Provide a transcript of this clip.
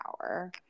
power